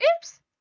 oops